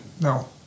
no